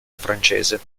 francese